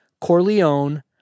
corleone